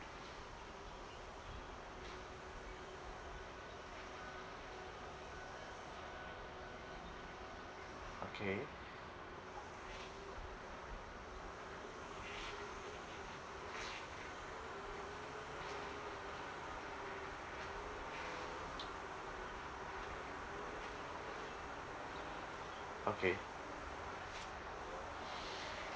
okay okay